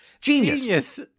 Genius